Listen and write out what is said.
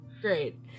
Great